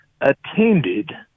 attended